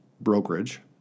brokerage